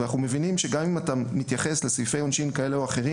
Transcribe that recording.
ומבינים שגם אם אתה מתייחס לסעיפי עונשין כאלה או אחרים